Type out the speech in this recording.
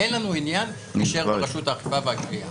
אין לנו עניין להישאר ברשות האכיפה והגבייה.